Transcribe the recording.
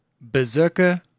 Berserker